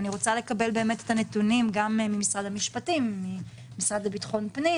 אני רוצה לקבל את הנתונים ממשרד המשפטים ומן המשרד לביטחון פנים